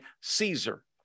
Caesar